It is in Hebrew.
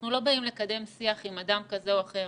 אנחנו לא באים לקדם שיח עם אדם כזה או אחר,